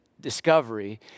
discovery